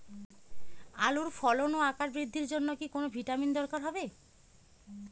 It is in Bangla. আলুর ফলন ও আকার বৃদ্ধির জন্য কি কোনো ভিটামিন দরকার হবে?